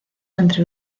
entre